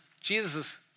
Jesus